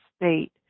state